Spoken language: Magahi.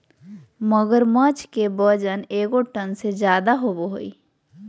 मगरमच्छ के वजन एगो टन से ज्यादा होबो हइ